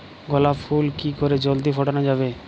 গোলাপ ফুল কি করে জলদি ফোটানো যাবে?